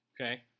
Okay